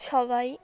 সবাই